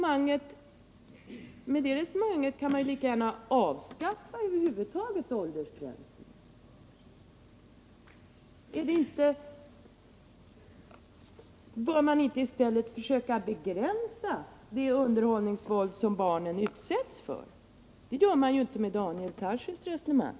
Med det resonemanget kan man ju lika gärna avskaffa åldersgränser över huvud taget. Bör man inte i stället försöka begränsa det underhållningsvåld som barnen utsätts för? Det gör man inte med Daniel Tarschys resonemang.